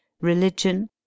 religion